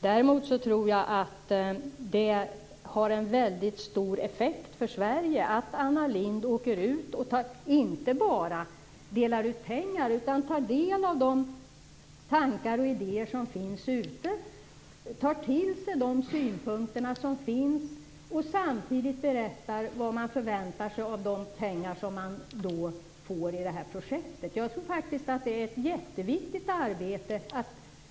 Däremot tror jag att det har en väldigt stor effekt för Sverige att Anna Lindh åker ut. Hon delar inte bara ut pengar utan tar också del av de tankar och idéer som finns ute. Hon tar till sig de synpunkter som finns och berättar samtidigt vad man förväntar sig av de pengar som går till projekten. Jag tror faktiskt att det är ett jätteviktigt arbete.